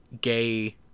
gay